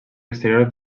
exterior